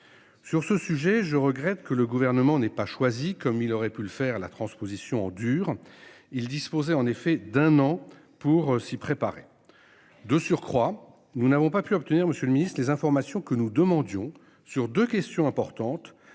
Sur ce sujet. Je regrette que le gouvernement n'ait pas choisi comme il aurait pu le faire la transposition en dur. Il disposait en effet d'un an pour s'y préparer. De surcroît, nous n'avons pas pu obtenir. Monsieur le Ministre des informations que nous demandions sur 2 questions importantes